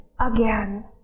again